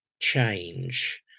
change